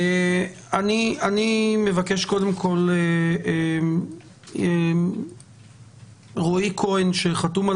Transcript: אני מבקש קודם כל מרועי כהן שחתום על